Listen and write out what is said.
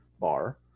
bar